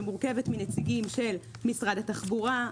שמורכבת מנציגים של משרד התחבורה,